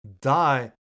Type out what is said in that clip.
die